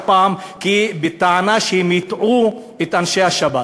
פעם בטענה שהם הטעו את אנשי השב"כ.